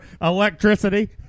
electricity